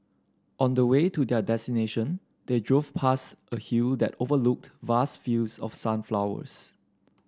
on the way to their destination they drove past a hill that overlooked vast fields of sunflowers